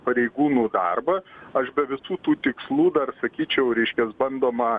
pareigūnų darbą aš be visų tų tikslų dar sakyčiau reiškias bandoma